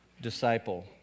disciple